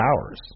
hours